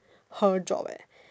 her job eh